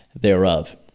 thereof